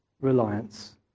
reliance